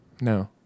No